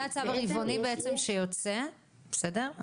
זה הצו הרבעוני בעצם שיוצא, בסדר?